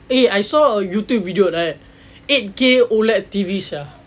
eh I saw a youtube video right eight K OLED T_V sia